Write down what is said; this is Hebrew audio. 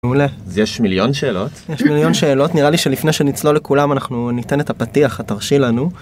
מעולה. אז יש מיליון שאלות. יש מיליון שאלות, נראה לי שלפני שנצלול לכולם אנחנו ניתן את הפתיח, התרשי לנו